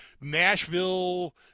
Nashville